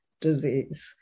disease